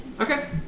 Okay